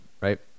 right